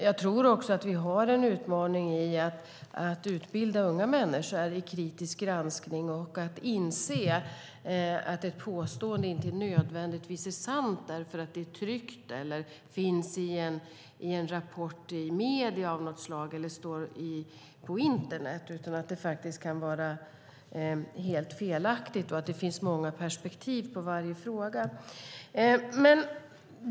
Jag tror också att vi har en utmaning i att utbilda unga människor i kritisk granskning och i att inse att ett påstående inte nödvändigtvis är sant därför att det är tryckt eller finns i en rapport i medier av något slag eller står på internet utan att det faktiskt kan vara helt felaktigt och att det finns många perspektiv på varje fråga.